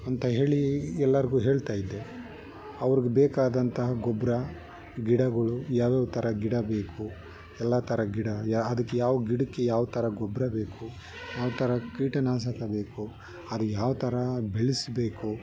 ಅಂತ ಹೇಳಿ ಎಲ್ಲರಿಗೂ ಹೇಳ್ತಾಯಿದ್ದೆ ಅವ್ರಿಗೆ ಬೇಕಾದಂತಹ ಗೊಬ್ಬರ ಗಿಡಗಳು ಯಾವ್ಯಾವ ಥರ ಗಿಡ ಬೇಕು ಎಲ್ಲ ಥರ ಗಿಡ ಯಾ ಅದಕ್ಕೆ ಯಾವ ಗಿಡಕ್ಕೆ ಯಾವ ಥರ ಗೊಬ್ಬರ ಬೇಕು ಯಾವ ಥರ ಕೀಟನಾಶಕ ಬೇಕು ಅದು ಯಾವ ಥರ ಬೆಳೆಸ್ಬೇಕು